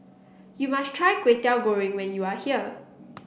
you must try Kway Teow Goreng when you are here